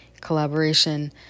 collaboration